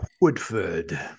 Woodford